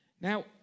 Now